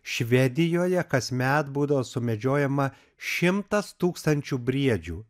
švedijoje kasmet būdavo sumedžiojama šimtas tūkstančių briedžių